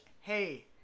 Hey